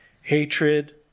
Hatred